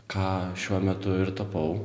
ką šiuo metu ir tapau